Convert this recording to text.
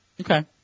Okay